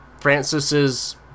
Francis's